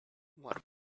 what